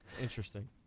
Interesting